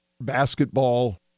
basketball